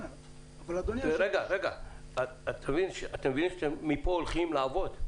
אתה מבין שמפה אתם הולכים לעבוד,